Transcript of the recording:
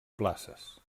places